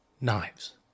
knives